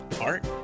art